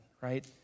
right